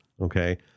Okay